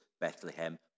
Bethlehem